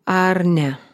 ar ne